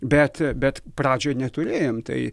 bet bet pradžioj neturėjom tai